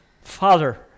Father